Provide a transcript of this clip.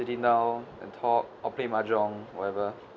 dinner and talk or play mahjong whatever